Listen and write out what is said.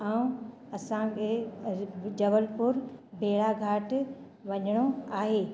ऐं असांखे जबलपुर भेड़ाघाट वञिणो आहे